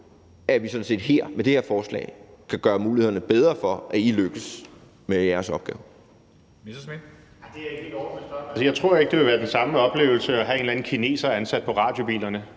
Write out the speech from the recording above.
at vi sådan set med det her forslag kan gøre mulighederne bedre for, at I lykkes med jeres opgave.